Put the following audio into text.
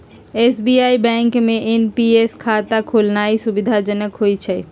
SBI bank में NPS खता खोलेनाइ सुविधाजनक होइ छइ